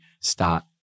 start